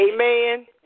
amen